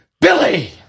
Billy